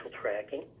tracking